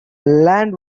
land